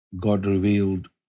God-revealed